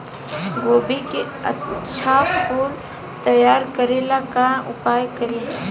गोभी के अच्छा फूल तैयार करे ला का उपाय करी?